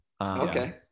okay